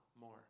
more